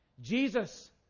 Jesus